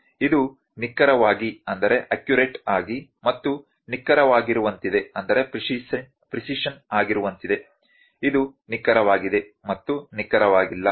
ಇದು ನಿಖರವಾಗಿ ಮತ್ತು ನಿಖರವಾಗಿರುವಂತಿದೆ ಇದು ನಿಖರವಾಗಿದೆ ಮತ್ತು ನಿಖರವಾಗಿಲ್ಲ